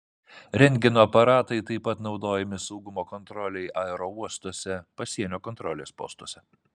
rentgeno aparatai taip pat naudojami saugumo kontrolei aerouostuose pasienio kontrolės postuose